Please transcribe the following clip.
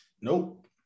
Nope